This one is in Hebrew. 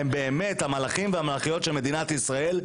הם באמת המלאכים והמלאכיות של מדינת ישראל,